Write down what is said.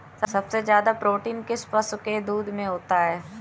सबसे ज्यादा प्रोटीन किस पशु के दूध में होता है?